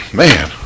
man